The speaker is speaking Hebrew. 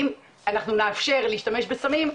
ואם אנחנו נאפשר להשתמש בסמים,